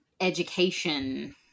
education